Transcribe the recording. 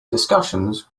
discussions